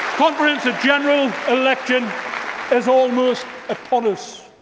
conference, a general election is almost upon us.